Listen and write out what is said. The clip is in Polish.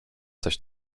coś